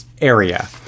area